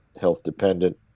health-dependent